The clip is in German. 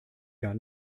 gar